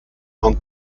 con